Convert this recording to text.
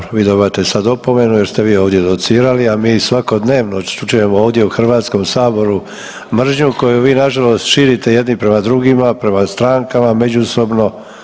Dobro, vi dobivate sad opomenu jer ste vi ovdje docirali, a mi svakodnevno čujemo ovdje u HS mržnju koju vi nažalost širite jedni prema drugima, prema strankama, međusobno.